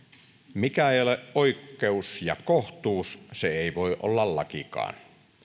mikä ei ole oikeus ja kohtuus se ei voi olla lakikaan